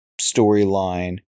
storyline